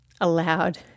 allowed